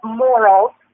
morals